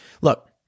Look